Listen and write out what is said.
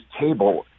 table